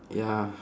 ya